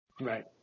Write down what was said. Right